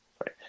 Right